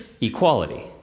equality